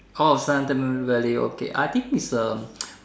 oh sentimental value okay I think is a